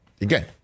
again